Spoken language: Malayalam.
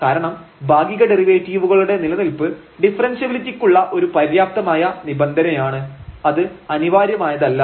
കാരണം ഭാഗിക ഡെറിവേറ്റീവുകളുടെ നിലനിൽപ്പ് ഡിഫറെൻഷ്യബിലിറ്റിക്കുള്ള ഒരു പര്യാപ്തമായ നിബന്ധനയാണ് അത് അനിവാര്യമായതല്ല